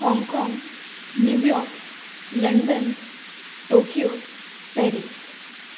Hong Kong New York London Tokyo Paris